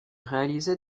réalisait